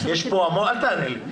אל תענה לי.